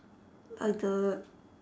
I do